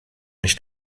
nicht